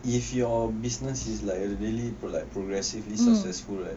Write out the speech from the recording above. if your business is like a daily product progressively successful right